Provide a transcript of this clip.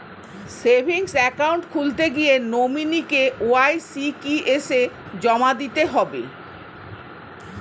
Savings account খুলতে গিয়ে nominee KYC কি এসে জমা দিতে হবে?